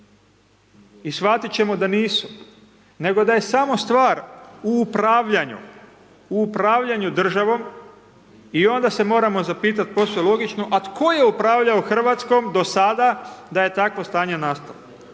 I shvatit ćemo da nisu, nego da je samo stvar u upravljanju, u upravljanju državom i onda se moramo zapitati posve logično, a tko je upravljao Hrvatskom do sada, da je takvo stanje nastalo?